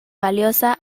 valiosa